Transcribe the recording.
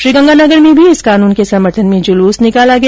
श्रीगंगानगर में भी इस कानून के समर्थन में जुलूस निकाला गया